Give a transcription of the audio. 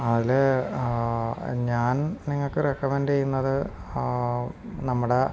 അതില് ഞാൻ നിങ്ങല്ക്കു റെക്കമെൻഡ് ചെയ്യുന്നതു നമ്മുടെ